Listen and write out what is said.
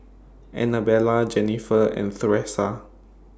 Annabella Jennifer and Thresa